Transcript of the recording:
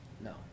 No